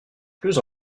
plus